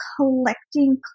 collecting